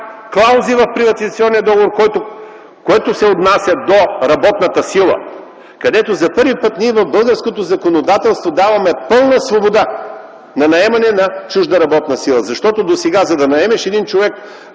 клаузи в приватизационния договор, който се отнася до работната сила. За първи път в българското законодателство даваме пълна свобода за наемане на чужда работна сила. Досега, за да наемеш един човек